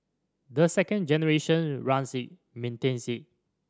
the second generation runs it maintains it